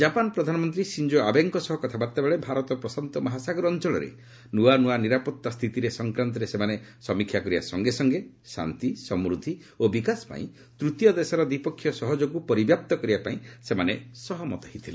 Japan ପ୍ରଧାନମନ୍ତ୍ରୀ Shinzo ଆବେଙ୍କ ସହ କଥାବାର୍ତ୍ତା ବେଳେ ଭାରତ ପ୍ରଶାନ୍ତ ମହାସାଗର ଅଞ୍ଚଳରେ ନୂଆ ନୂଆ ନିରାପତ୍ତା ସ୍ଥିତିରେ ସଂକ୍ରାନ୍ତରେ ସେମାନେ ସମୀକ୍ଷା କରିବା ସଙ୍ଗେ ସଙ୍ଗେ ଶାନ୍ତି ସମୃଦ୍ଧି ଓ ବିକାଶ ପାଇଁ ତୂତୀୟ ଦେଶର ଦ୍ୱିପକ୍ଷିୟ ସହଯୋଗକୁ ପରିବ୍ୟାପ୍ତ କରିବା ପାଇଁ ସେମାନେ ସହମତ ହୋଇଥିଲେ